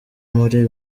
muri